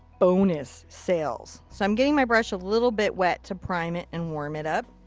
bonus sales. so i'm getting my brush a little bit wet to prime it and warm it up.